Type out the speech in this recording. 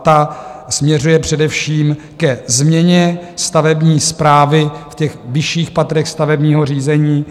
Ta směřuje především ke změně stavební správy ve vyšších patrech stavebního řízení.